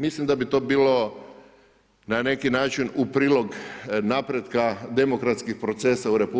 Mislim da bi to bilo, na neki način, u prilog napretka demokratskih procesa u RH